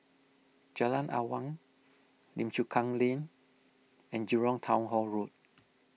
Jalan Awang Lim Chu Kang Lane and Jurong Town Hall Road